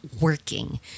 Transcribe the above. working